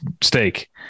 steak